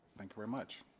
thank you very much